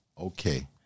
Okay